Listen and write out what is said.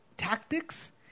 Tactics